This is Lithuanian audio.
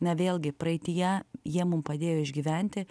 na vėlgi praeityje jie mum padėjo išgyventi